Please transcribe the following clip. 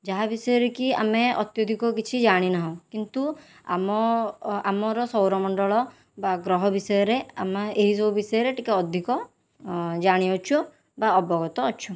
ଯାହା ବିଷୟରେ କି ଆମେ ଅତ୍ୟଧିକ କିଛି ଜାଣିନାହୁଁ କିନ୍ତୁ ଆମ ଆମର ସୌରମଣ୍ଡଳ ବା ଗ୍ରହ ବିଷୟରେ ଆମେ ଏହିସବୁ ବିଷୟରେ ଟିକେ ଅଧିକ ଜାଣିଅଛୁ ବା ଅବଗତ ଅଛୁ